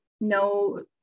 no